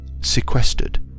sequestered